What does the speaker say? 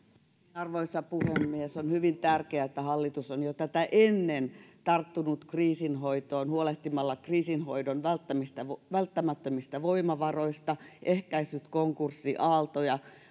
arvoisa puhemies on hyvin tärkeää että hallitus on jo tätä ennen tarttunut kriisinhoitoon huolehtimalla kriisinhoidon välttämättömistä välttämättömistä voimavaroista ehkäissyt konkurssiaaltoja sekä